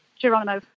Geronimo